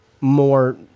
more